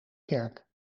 kerk